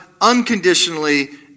unconditionally